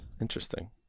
Interesting